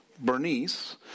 Bernice